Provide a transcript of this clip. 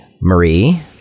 Marie